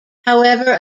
however